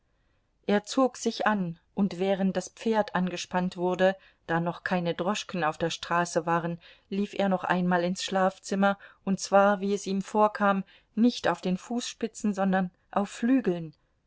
er zog sich an und während das pferd angespannt wurde da noch keine droschken auf der straße waren lief er noch einmal ins schlafzimmer und zwar wie es ihm vorkam nicht auf den fußspitzen sondern auf flügeln